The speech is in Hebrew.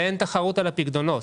ואין תחרות על הפיקדונות.